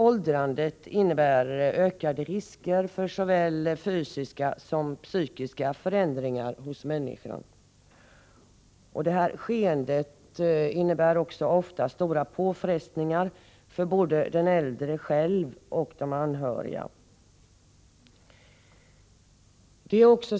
Åldrandet innebär ökade risker för såväl psykiska som fysiska förändringar hos människan. Detta skeende innebär också ofta stora påfrestningar för både den äldre själv och de anhöriga.